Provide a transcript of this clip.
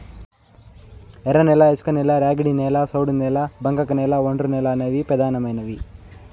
ఎర్రనేల, ఇసుకనేల, ర్యాగిడి నేల, సౌడు నేల, బంకకనేల, ఒండ్రునేల అనేవి పెదానమైనవి